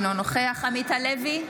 אינו נוכח עמית הלוי,